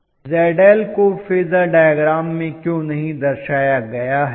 छात्र ZL को phasor diagram में क्यों नहीं दर्शाया गया है